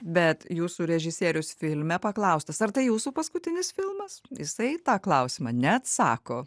bet jūsų režisierius filme paklaustas ar tai jūsų paskutinis filmas jisai į tą klausimą neatsako